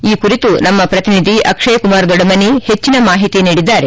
ಈ ಕುರಿತು ನಮ್ಮ ಪ್ರತಿನಿಧಿ ಅಕ್ಷಯ್ ಕುಮಾರ್ ದೊಡ್ಡಮನಿ ಹೆಚ್ಚಿನ ಮಾಹಿತಿ ನೀಡಿದ್ದಾರೆ